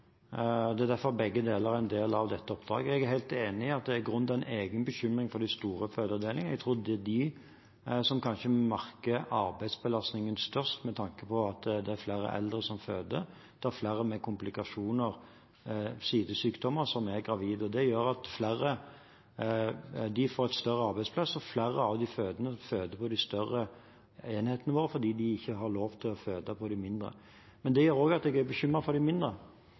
Det er derfor begge er en del av dette oppdraget. Jeg er helt enig i at det er grunn til en egen bekymring for de store fødeavdelingene. Jeg tror det er de som kanskje merker arbeidsbelastningen mest med tanke på at det er flere eldre som føder, det er flere med komplikasjoner, og det er flere gravide som har sidesykdommer. Det gjør at de får et større arbeidspress: Flere av de fødende føder ved de større enhetene, fordi de ikke har lov til å føde ved de mindre. Men det gjør også at jeg er bekymret for de mindre.